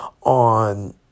on